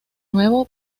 nuevo